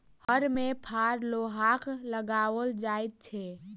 हर मे फार लोहाक लगाओल जाइत छै